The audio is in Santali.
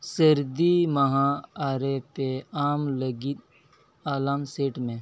ᱥᱟᱹᱨᱫᱤ ᱢᱟᱦᱟ ᱟᱨᱮ ᱯᱤ ᱮᱢ ᱞᱟᱹᱜᱤᱫ ᱮᱞᱟᱨᱢ ᱥᱮᱴ ᱢᱮ